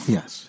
Yes